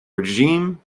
regime